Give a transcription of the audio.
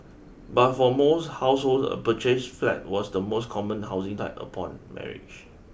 but for most households a purchased flat was the most common housing type upon marriage